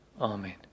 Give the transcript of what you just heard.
Amen